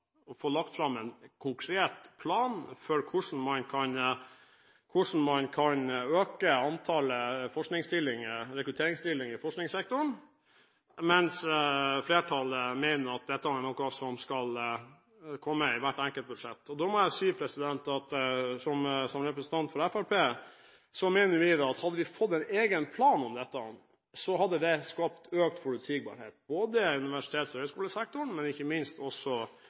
å få lagt fram en konkret plan for hvordan man kan øke antallet forskningsstillinger og rekrutteringsstillinger i forskningssektoren, mens flertallet mener at dette er noe som skal komme i hvert enkelt budsjett. Som representant for Fremskrittspartiet må jeg si at hadde vi fått en egen plan om dette, hadde det skapt økt forutsigbarhet, både i universitets- og høgskolesektoren, og ikke minst